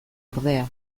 ordea